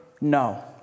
no